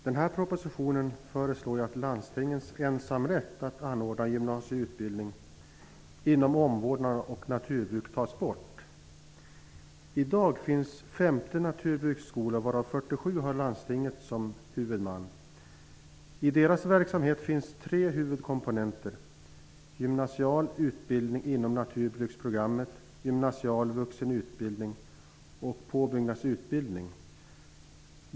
Fru talman! I propositionen föreslås att landstingens ensamrätt att anordna gymnasieutbildning inom omvårdnad och naturbruk tas bort. I dag finns det 50 naturbruksskolor varav 47 har landstinget som huvudman. I deras verksamhet finns tre huvudkomponenter: Gymnasial utbildning inom naturbruksprogrammet, gymnasial vuxenutbildning och påbyggnadutbildning.